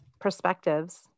perspectives